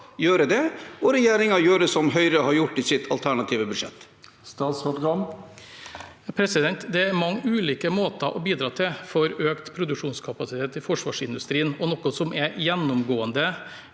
og regjeringen gjøre som Høyre har gjort i sitt alternative budsjett? Statsråd Bjørn Arild Gram Det er man- ge ulike måter å bidra til økt produksjonskapasitet i forsvarsindustrien på, og noe som er gjennomgående